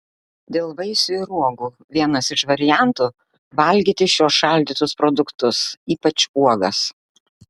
dėl vaisių ir uogų vienas iš variantų valgyti šiuos šaldytus produktus ypač uogas